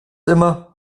immer